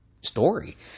story